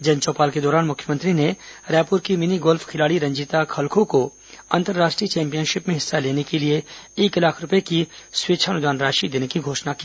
जन चौपाल के दौरान मुख्यमंत्री ने रायपुर की मिनीगोल्फ खिलाड़ी रंजीता खलखो को अंतर्राष्ट्रीय चैंपियनशिप में हिस्सा लेने के लिए एक लाख रूपये की स्वेच्छा अनुदान राशि देने की घोषणा की